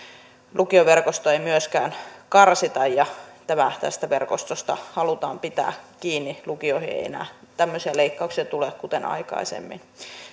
lukioverkostoa ei myöskään karsita tästä verkostosta halutaan pitää kiinni lukioihin ei ei enää tämmöisiä leikkauksia tule kuten aikaisemmin